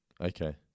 Okay